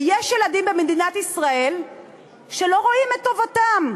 ויש ילדים במדינת ישראל שלא רואים את טובתם.